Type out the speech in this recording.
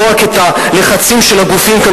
לא רק את הלחצים של הגופים כאן,